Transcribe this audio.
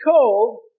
cold